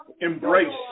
embrace